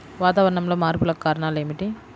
వాతావరణంలో మార్పులకు కారణాలు ఏమిటి?